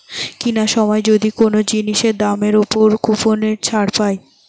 কিনার সময় যদি কোন জিনিসের দামের উপর কুপনের ছাড় পায়